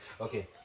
Okay